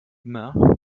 immer